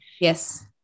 yes